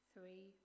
three